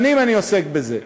שנים אני עוסק בזה,